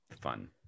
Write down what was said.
fun